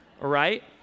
Right